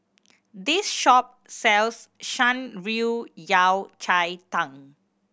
this shop sells Shan Rui Yao Cai Tang